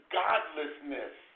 godlessness